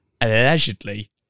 allegedly